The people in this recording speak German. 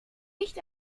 nicht